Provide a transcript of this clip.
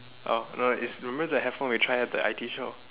oh no no is remember the headphone we try at the I_T show